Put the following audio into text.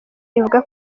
ivuga